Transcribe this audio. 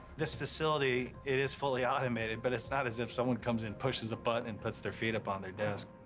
this facility, it is fully automated, but it's not as if someone comes in, pushes a button, but and puts their feet up on their desk.